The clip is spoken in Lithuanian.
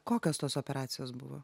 kokios tos operacijos buvo